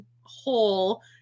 hole